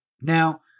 Now